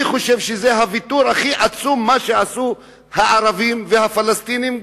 אני חושב שזה ויתור עצום שעשו הערבים וגם הפלסטינים.